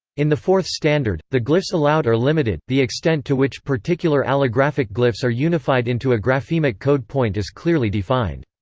in the fourth standard, the glyphs allowed are limited the extent to which particular allographic glyphs are unified into a graphemic code point is clearly defined.